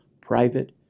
private